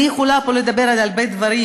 אני יכולה פה לדבר על הרבה דברים,